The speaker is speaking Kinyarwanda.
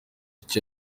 icyo